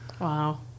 Wow